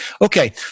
Okay